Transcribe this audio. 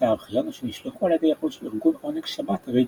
הארכיון או שנשלחו על ידי ראש ארגון עונג שבת רינגלבלום.